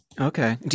okay